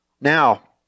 Now